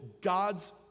God's